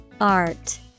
Art